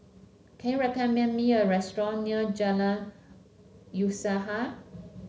can you recommend me a restaurant near Jalan Usaha